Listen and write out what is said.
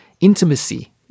intimacy